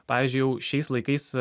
pavyzdžiui jau šiais laikais